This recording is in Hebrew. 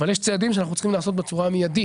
אבל יש צעדים שאנחנו צריכים לעשות בצורה המיידית.